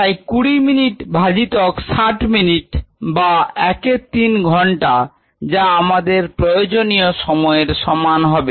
তাই 20 minute by 60 minute বা 13 ঘন্টা যা আমাদের প্রয়োজনীয় সময় এর সমান হবে